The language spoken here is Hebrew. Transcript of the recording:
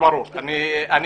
עבד אל חכים חאג' יחיא (הרשימה המשותפת): ברור.